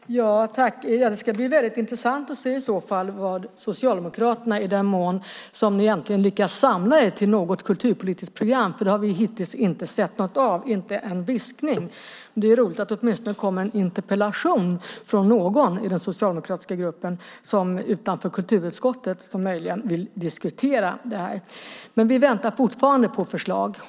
Fru talman! Det ska i så fall bli väldigt intressant att se i vad mån Socialdemokraterna lyckas samla sig till ett kulturpolitiskt program, för det har vi hittills inte sett något av - inte en viskning. Det är roligt att det åtminstone kommer en interpellation från någon i den socialdemokratiska gruppen utanför kulturutskottet som vill diskutera det här. Men vi väntar fortfarande på förslag.